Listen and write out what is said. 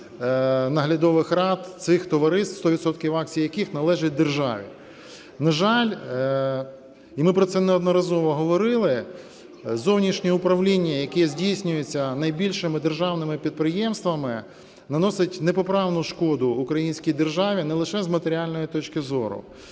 наглядових рад цих товариств, 100 відсотків акцій яких належить державі. На жаль, і ми про це неодноразово говорили, зовнішнє управління, яке здійснюється найбільшими державними підприємствами, наносить непоправну шкоду українській державі не лише з матеріальної точки зору.